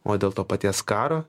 o dėl to paties karo